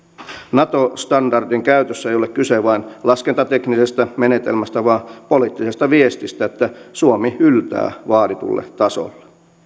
nato standardin käytössä ei ole kyse vain laskentateknisestä menetelmästä vaan poliittisesta viestistä että suomi yltää vaaditulle tasolle